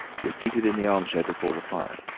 was seated in the armchair before the fire,